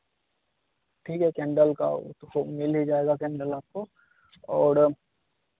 ठीक है केंडल का वह तो हो मिल ही जाएगा केंडल आपको और